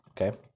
okay